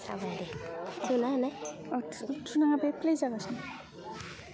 जाबाय दे थुना होनाय अ थु थुनाङा ब प्ले जाहागासिनो